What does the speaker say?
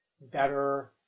better